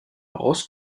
ross